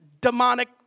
demonic